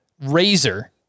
Razor